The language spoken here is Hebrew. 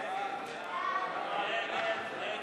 ההצעה להסיר מסדר-היום את הצעת חוק מטבע השקל החדש (תיקון,